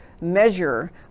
measure